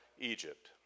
Egypt